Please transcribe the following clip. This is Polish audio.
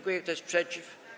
Kto jest przeciw?